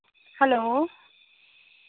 hello